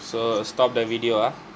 so stop the video ah